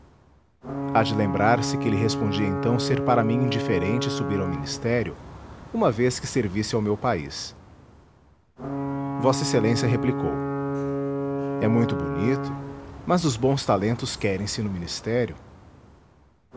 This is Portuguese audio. de lembrar-se que lhe respondi então ser para mim indiferente subir ao ministério uma vez que servisse ao meu país v ex a replicou é muito bonito mas os bons talentos querem se no ministério